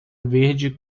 verde